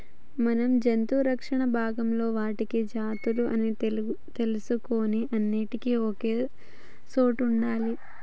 మనం జంతు రక్షణ భాగంలో వాటి జాతులు అన్ని తెలుసుకొని అన్నిటినీ ఒకే సోట వుంచాలి